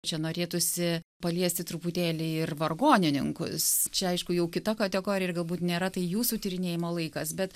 čia norėtųsi paliesti truputėlį ir vargonininkus čia aišku jau kita kategorija ir galbūt nėra tai jūsų tyrinėjimo laikas bet